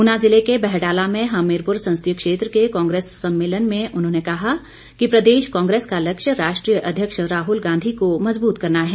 ऊना जिले के बहडाला में हमीरपुर संसदीय क्षेत्र के कांग्रेस सम्मेलन में उन्होंने कहा कि प्रदेश कांग्रेस का लक्ष्य राष्ट्रीय अध्यक्ष राहुल गांधी को मजबूत करना है